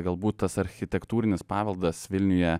galbūt tas architektūrinis paveldas vilniuje